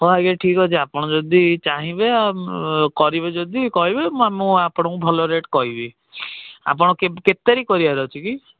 ହଁ ଆଜ୍ଞା ଠିକ୍ ଅଛି ଆପଣ ଯଦି ଚାହିଁବେ କରିବେ ଯଦି କହିବେ ମୁଁ ମୁଁ ଆପଣଙ୍କୁ ଭଲ ରେଟ୍ କହିବି ଆପଣ କେତେ ତାରିଖ କରିବାର ଅଛି କି